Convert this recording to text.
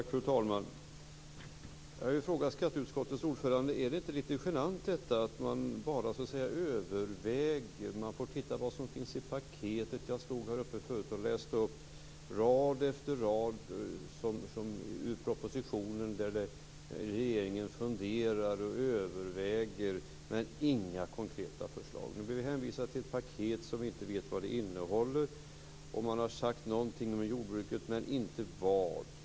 Fru talman! Jag vill fråga skatteutskottets ordförande: Är det inte lite genant att man bara överväger, man får titta på vad som finns i paketet? Jag stod här tidigare och läste upp rad efter rad ur propositionen, där regeringen funderar och överväger, men inga konkreta förslag. Nu blir vi hänvisade till ett paket som vi inte vet vad det innehåller. Man har sagt någonting om jordbruket, men inte vad.